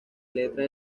letra